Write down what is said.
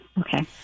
Okay